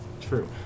True